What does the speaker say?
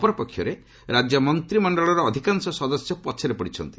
ଅପରପକ୍ଷରେ ରାଜ୍ୟ ମନ୍ତ୍ରିମଣ୍ଡଳର ଅଧିକାଂଶ ସଦସ୍ୟ ପଚ୍ଚରେ ପଡ଼ିଛନ୍ତି